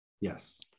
yes